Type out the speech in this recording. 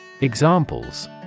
Examples